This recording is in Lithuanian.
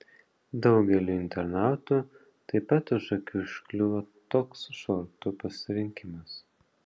daugeliui internautų taip pat už akių užkliuvo toks šortų pasirinkimas